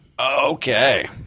okay